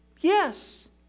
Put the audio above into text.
yes